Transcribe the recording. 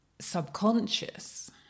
subconscious